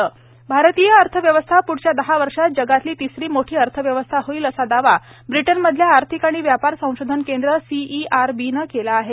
भारतीय अर्थव्यवस्था भारतीय अर्थव्यवस्था प्ढच्या दहा वर्षात जगातली तिसरी मोठी अर्थव्यवस्था होईल असा दावा ब्रिटनमधल्या आर्थिक आणि व्यापार संशोधन केंद्र सीईआरबीनं केला आहे